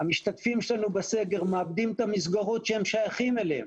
המשתתפים שלנו בסגר מאבדים את המסגרות שהם שייכים אליהן,